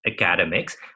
academics